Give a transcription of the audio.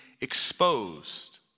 exposed